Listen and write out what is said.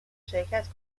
شرکت